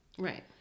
Right